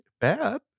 bad